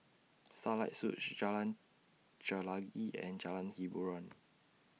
Starlight Suites Jalan Chelagi and Jalan Hiboran